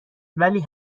ولی